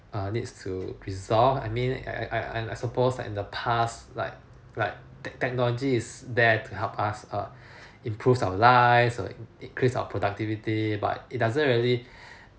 err needs to resolve I mean I I I suppose like in the past like like tech~ technology is that help us err improves our lives or increase our productivity but it doesn't really